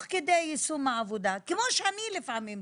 כדי יישום העבודה כמו שאני לפעמים טועה,